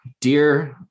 dear